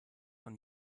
von